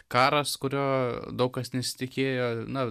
karas kurio daug kas nesitikėjo na